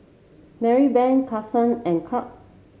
Marybeth Carsen and Curt